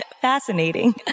fascinating